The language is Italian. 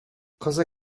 cosa